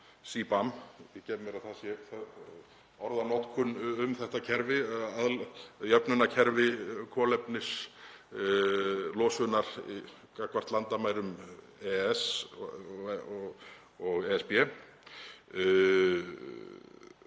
Ég gef mér að það sé orðanotkunin um þetta kerfi, jöfnunarkerfi kolefnislosunar gagnvart landamærum EES og ESB.